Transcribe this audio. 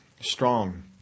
strong